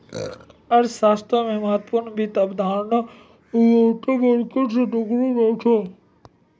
अर्थशास्त्र मे महत्वपूर्ण वित्त अवधारणा बहुत बारीकी स देखलो जाय छै